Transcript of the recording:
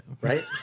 right